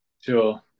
Sure